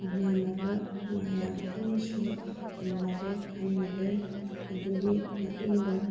ꯏꯃꯥꯟꯅꯕ ꯃꯌꯥꯝ ꯑꯃꯁꯨ ꯇꯤꯟꯅꯔꯦ ꯈꯪꯅꯔꯦ ꯑꯗꯨꯒꯤ ꯃꯇꯨꯡꯗ